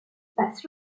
passe